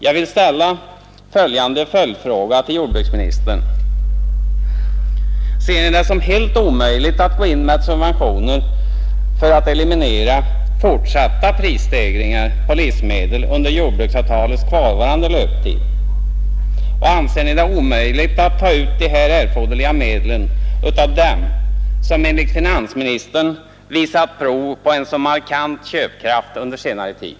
Jag vill ställa två följdfrågor till jordbruksministern: Finner Ni det helt omöjligt att gå in med subventioner för att eliminera fortsatta prisstegringar på livsmedel under jordbruksavtalets kvarvarande löptid? Anser Ni det omöjligt att ta ut de härför erforderliga medlen av dem, som enligt finansministern visat prov på en så markant köpkraft under senare tid?